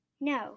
No